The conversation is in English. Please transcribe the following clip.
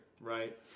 right